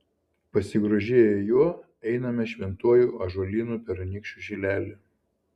pasigrožėję juo einame šventuoju ąžuolynu per anykščių šilelį